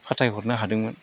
फाथाय हरनो हादोंमोन